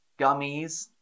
gummies